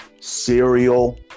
Cereal